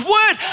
Word